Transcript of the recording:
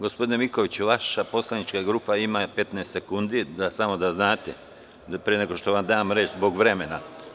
Gospodine Mikoviću, vaša poslanička grupa ima 15 sekundi, samo da znate, pre nego što vam dam reč, zbog vremena.